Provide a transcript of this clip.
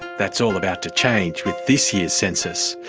that's all about to change, with this year's census.